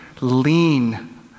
lean